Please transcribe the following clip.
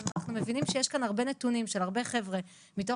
אם אנחנו מבינים שיש כאן הרבה נתונים של הרבה חבר'ה מתוך